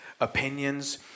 opinions